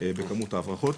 בכמות ההברחות.